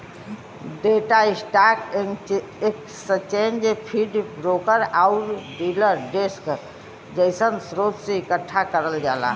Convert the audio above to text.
data stock exchange feed, broker आउर dealer desk जइसन स्रोत से एकठ्ठा करल जाला